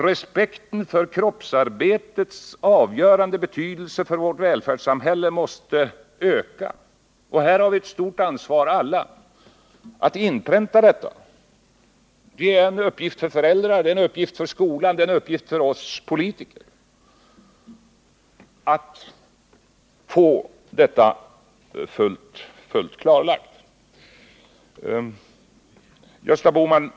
Respekten för kroppsarbetets avgörande betydelse för vårt välfärdssamhälle måste öka. Här har vi alla ett stort ansvar när det gäller att inpränta detta. Det är en uppgift för föräldrar, det är en uppgift för skolan och det är en uppgift för oss politiker att få detta fullt klarlagt.